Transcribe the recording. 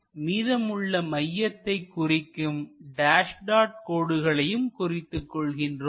மீதமுள்ள மையத்தைக் குறிக்கும் டேஸ் டாட் கோடுகளையும் குறித்துக் கொள்கின்றோம்